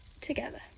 together